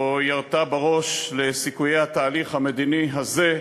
או ירתה בראש לסיכויי התהליך המדיני הזה,